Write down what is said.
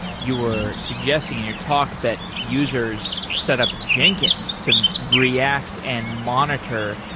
you're suggesting in your talk that users set up jenkins to react and monitor,